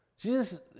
Jesus